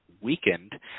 weakened